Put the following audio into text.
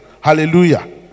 Hallelujah